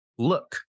look